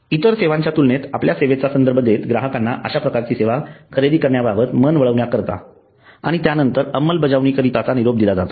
इतर सेवांच्या तुलनेत आपल्या सेवेचा संदर्भ देत ग्राहकांना अश्या प्रकारची सेवा खरेदी करण्याबाबत मन वळविण्याकरीता आणि त्यानंतर अंमलबजावणी करीताचा निरोप दिला जातो